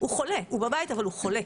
הוא בבית אבל הוא חולה,